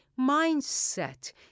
mindset